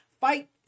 fight